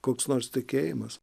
koks nors tikėjimas